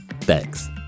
Thanks